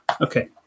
Okay